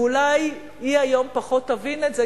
אולי היא היום פחות תבין את זה,